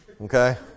Okay